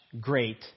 great